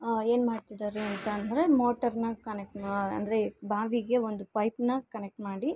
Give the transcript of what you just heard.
ಹಾಂ ಏನ್ಮಾಡ್ತಿದ್ದಾರೆ ಅಂತಂದರೆ ಮೋಟರ್ನ ಕನೆಕ್ಟ್ ಮಾ ಅಂದರೆ ಬಾವಿಗೆ ಒಂದು ಪೈಪ್ನ ಕನೆಕ್ಟ್ ಮಾಡಿ